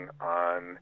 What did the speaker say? on